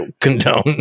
condone